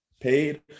paid